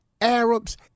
Arabs